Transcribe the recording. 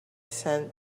sand